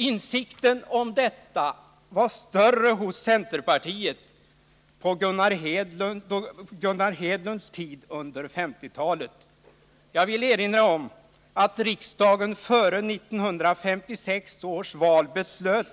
Insikten om detta var större i centerpartiet på Gunnar Hedlunds tid på 1950-talet. Jag vill erinra om att riksdagen före 1956 års val beslöt